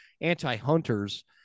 anti-hunters